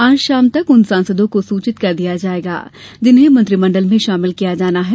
आज शाम तक उन सांसदों को सूचित कर दिया गया है जिन्हें मंत्रिमंडल में शामिल किया जाना है